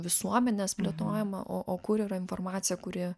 visuomenės plėtojima o o kur yra informacija kuri